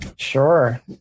Sure